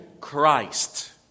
Christ